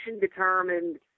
determined